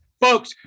Folks